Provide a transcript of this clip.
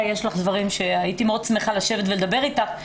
יש לך דברים שהייתי מאוד שמחה לשבת ולדבר אתך,